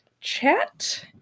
chat